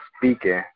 speaking